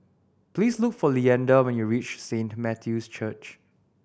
please look for Leander when you reach Saint Matthew's Church